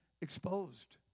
exposed